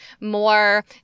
more